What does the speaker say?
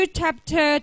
chapter